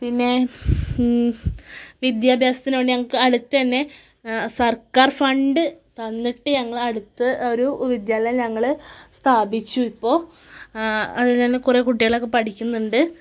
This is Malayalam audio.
പിന്നെ വിദ്യാഭ്യാസത്തിന് വേണ്ടി ഞങ്ങൾക്ക് അടുത്ത് തന്നെ സർക്കാർ ഫണ്ട് വന്നിട്ട് ഞങ്ങളെ അടുത്ത് ഒരു വിദ്യാലയം ഞങ്ങൾ സ്ഥാപിച്ചു ഇപ്പോൾ അതിൽ നിന്ന് കുറേ കുട്ടികളൊക്കെ പഠിക്കുന്നുണ്ട്